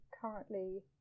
currently